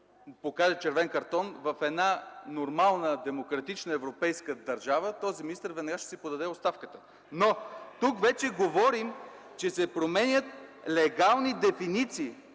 покаже червен картон, в една нормална демократична европейска държава този министър веднага ще си подаде оставката. (Възгласи: „Еее!” от ГЕРБ.) Но тук вече говорим, че се променят легални дефиниции,